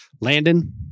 Landon